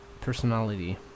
personality